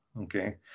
okay